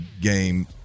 game